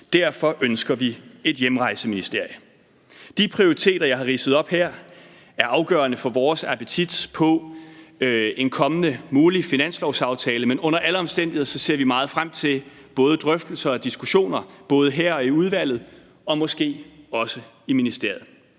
Derfor ønsker vi et hjemrejseministerie. De prioriteter, jeg har ridset op her, er afgørende for vores appetit på en kommende mulig finanslovsaftale, men under alle omstændigheder ser vi meget frem til drøftelser og diskussioner både her og i udvalget og måske også i ministeriet.